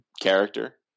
character